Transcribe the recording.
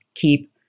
keep